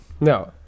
No